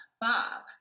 Bob